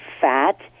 fat